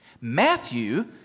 Matthew